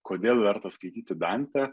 kodėl verta skaityti dantę